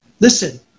Listen